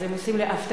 אז הם עושים לי הפתעה,